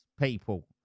people